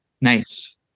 Nice